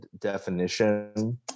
definition